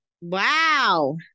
wow